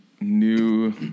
new